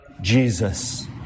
Jesus